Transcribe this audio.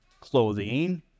clothing